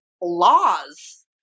laws